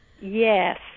yes